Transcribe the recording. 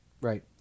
right